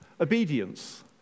obedience